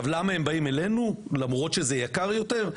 למה הם באים אלינו למרות שזה יקר יותר?